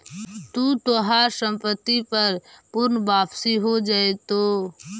तू तोहार संपत्ति पर पूर्ण वापसी हो जाएतो